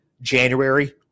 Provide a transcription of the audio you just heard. January